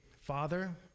Father